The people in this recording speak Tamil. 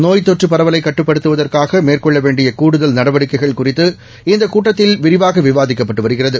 நோய் தொற்று பரவலை கட்டுப்படுத்துவதற்காக மேற்கொள்ள வேண்டிய கூடுதல் நடவடிக்கைகள் குறித்து இந்த கூட்டத்தில் விரிவாக விவாதிக்கப்பட்டு வருகிறது